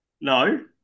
No